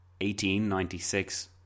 1896